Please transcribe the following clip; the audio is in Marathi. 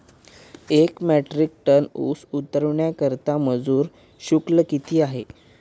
एक मेट्रिक टन ऊस उतरवण्याकरता मजूर शुल्क किती आहे?